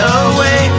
away